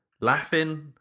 laughing